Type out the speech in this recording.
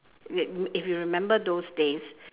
like if you remember those days